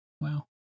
Wow